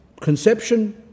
conception